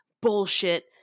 bullshit